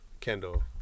kendall